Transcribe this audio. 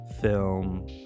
film